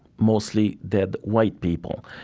mostly dead white people.